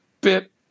bit